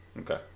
Okay